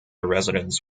residents